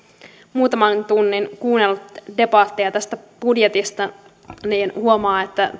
muutaman tunnin kuunnellut debattia tästä budjetista niin huomaa että